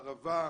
ערבה,